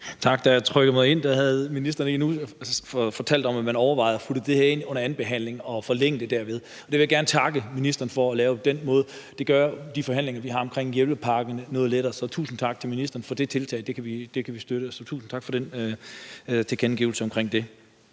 Tak. Da jeg trykkede mig ind, havde ministeren endnu ikke fortalt om, at man overvejede at putte det her ind under andenbehandlingen og derved forlænge det. Det vil jeg gerne takke ministeren for, altså at gøre det på den måde. Det gør de forhandlinger, vi har, omkring hjælpepakkerne noget lettere. Så tusind tak til ministeren for det tiltag. Det kan vi støtte, så tusind tak for den tilkendegivelse omkring det.